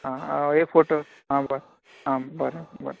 आं हांव एक फोटो आं बरें आं बरें बरें